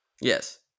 Yes